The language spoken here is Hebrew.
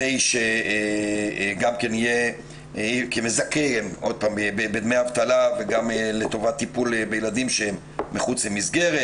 בחל"ת כמזכה בדמי אבטלה וגם לטובת טיפול בילדים שהם מחוץ למסגרת.